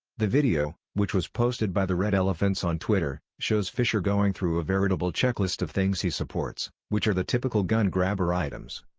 the video, which was posted by the red elephants on twitter, shows fisher going through a veritable checklist of things he supports, which are the typical gun-grabber items.